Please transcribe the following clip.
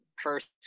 first